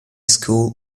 school